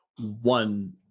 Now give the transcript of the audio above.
one